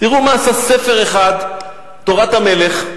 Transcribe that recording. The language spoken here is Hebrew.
תראו מה עשה ספר אחד, "תורת המלך"